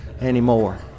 anymore